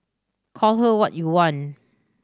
call her what you want